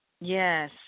Yes